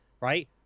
Right